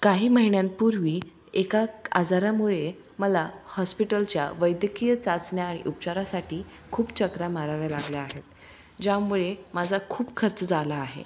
काही महिन्यांपूर्वी एका क् आजारामुळे मला हॉस्पिटलच्या वैद्यकीय चाचण्या आणि उपचारांसाठी खूप चकरा माराव्या लागल्या आहेत ज्यामुळे माझा खूप खर्च झाला आहे